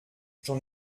j’en